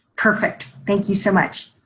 perfect, thank you so much.